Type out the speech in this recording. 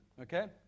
Okay